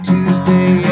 Tuesday